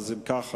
אם כך,